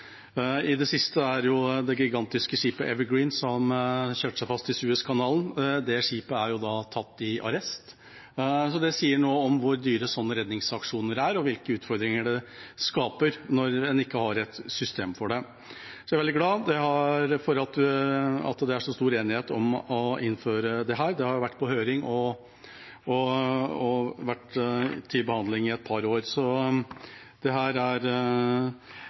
i det siste, er at det gigantiske skipet «Ever Given» kjørte seg fast i Suezkanalen. Det skipet er tatt i arrest, så det sier noe om hvor dyre slike redningsaksjoner er og hvilke utfordringer det skaper når en ikke har et system for det. Så jeg er veldig glad for at det er så stor enighet om å innføre dette. Det har vært på høring og vært til behandling i et par år, så dette er